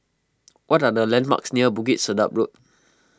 what are the landmarks near Bukit Sedap Road